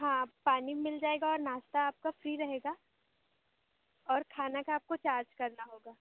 हाँ पानी मिल जाएगा और नाश्ता आपका फ़्री रहेगा और खाना का आपको चार्ज करना होगा